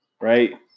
right